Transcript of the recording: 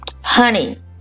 Honey